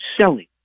selling